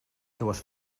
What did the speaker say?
seues